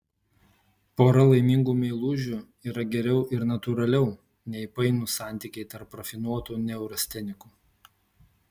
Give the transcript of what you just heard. pora laimingų meilužių yra geriau ir natūraliau nei painūs santykiai tarp rafinuotų neurastenikų